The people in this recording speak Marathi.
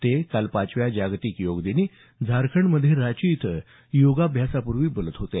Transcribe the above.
ते काल पाचव्या जागतिक योग दिनी झारखंडमध्ये रांची इथं योगाभ्यासापूर्वी बोलत होते